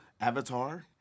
Avatar